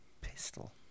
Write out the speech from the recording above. Pistol